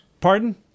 Pardon